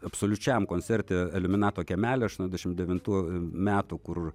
absoliučiam koncerte aliumnato kiemely aš nuo aštuoniasdešimt devintų metų kur